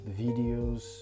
videos